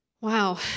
Wow